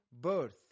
birth